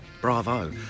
bravo